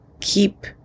keep